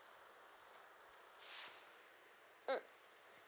mm